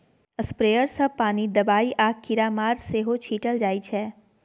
sprayer सँ पानि, दबाइ आ कीरामार सेहो छीटल जाइ छै